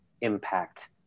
impact